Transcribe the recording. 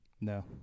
No